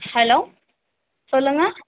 hello சொல்லுங்கள்